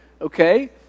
okay